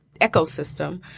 ecosystem